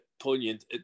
poignant